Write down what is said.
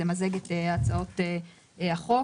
למזג את הצעות החוק.